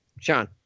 Sean